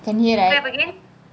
can hear right